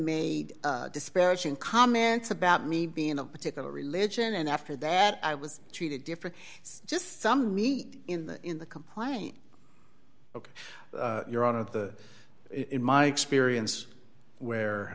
made disparaging comments about me being a particular religion and after that i was treated different just some meat in the in the complaint ok you're on of the in my experience